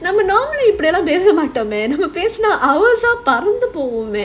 normally இப்டிலாம் பேசமாட்டோமே பேசுனா:ipdilaam pesamaatomae pesunaa hours lah பறந்து போய்டுமே:paranthu poidumae